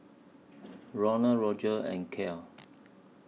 Ronal Roger and Cael